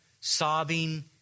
sobbing